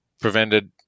prevented